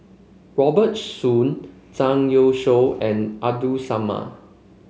Robert Soon Zhang Youshuo and Abdul Samad